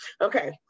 Okay